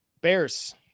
Bears